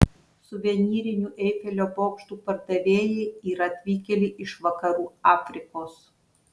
suvenyrinių eifelio bokštų pardavėjai yra atvykėliai iš vakarų afrikos